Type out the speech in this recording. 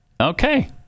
Okay